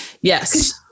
Yes